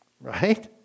right